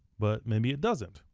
but maybe it doesn't,